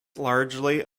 largely